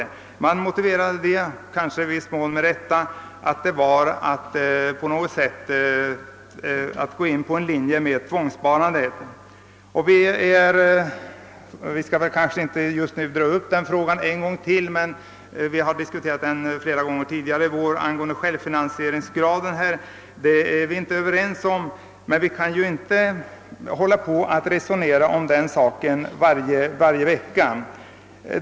Avslaget motiverades bl.a. med att en sådan åtgärd skulle innebära en form av tvångssparande. Vi har tidigare i vår diskuterat frågan om företagens självfinansieringsgrad, beträffande vilken vi inte är överens, och vi kan ju inte diskutera detta spörsmål varje vecka.